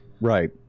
Right